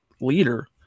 leader